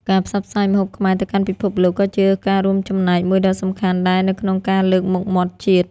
ការផ្សព្វផ្សាយម្ហូបខ្មែរទៅកាន់ពិភពលោកក៏ជាការរួមចំណែកមួយដ៏សំខាន់ដែរនៅក្នុងការលើកមុខមាត់ជាតិ។